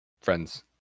friends